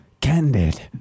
Candid